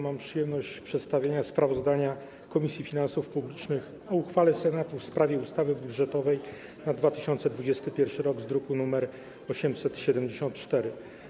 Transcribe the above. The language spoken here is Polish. Mam przyjemność przedstawienia sprawozdania Komisji Finansów Publicznych o uchwale Senatu w sprawie ustawy budżetowej na 2021 r., druk nr 874.